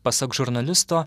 pasak žurnalisto